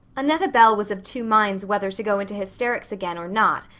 annetta bell was of two minds whether to go into hysterics again or not,